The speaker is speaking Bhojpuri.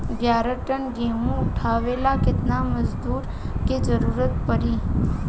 ग्यारह टन गेहूं उठावेला केतना मजदूर के जरुरत पूरी?